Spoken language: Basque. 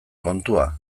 kontua